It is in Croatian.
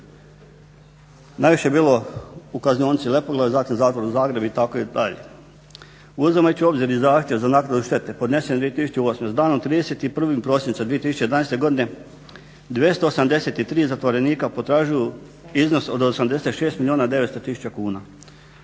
Najviše je bilo u kaznionici Lepoglava, zatim zatvoru Zagreb itd. Uzimajući u obzir i zahtjev za naknadu štete podnesen 2008. s danom 31. prosinca 2011. godine 283 zatvorenika potražuju iznos od 86 milijuna 900 tisuća kuna.